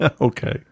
Okay